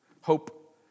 Hope